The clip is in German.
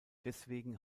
deswegen